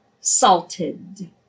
salted